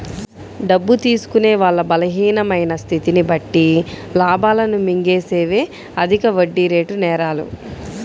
డబ్బు తీసుకునే వాళ్ళ బలహీనమైన స్థితిని బట్టి లాభాలను మింగేసేవే అధిక వడ్డీరేటు నేరాలు